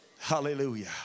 Hallelujah